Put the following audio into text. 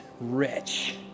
rich